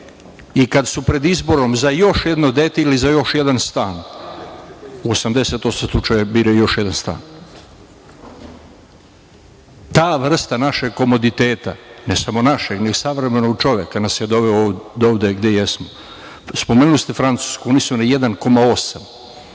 Kada su pred izborom za još jedno dete ili za još jedan stan, 80% slučajeva bira još jedan stan. Ta vrsta našeg komoditeta, ne samo našeg, nego savremenog čoveka nas je dovela do ovde gde jesmo. Spomenuli ste Francusku. Oni su na 1,8